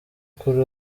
kuri